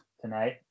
tonight